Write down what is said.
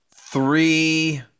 three